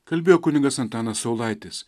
kalbėjo kunigas antanas saulaitis